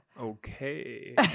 Okay